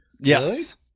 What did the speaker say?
yes